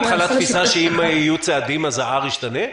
תפיסה שאם יהיו צעדים אז ה-R ישתנה?